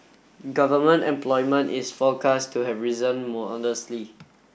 government employment is forecast to have risen